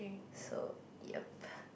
so yup